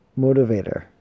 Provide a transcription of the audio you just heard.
motivator